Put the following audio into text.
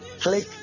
Click